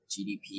GDP